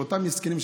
של אותם מסכנים,